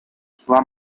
sua